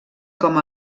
com